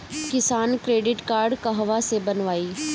किसान credit card कहवा से बनवाई?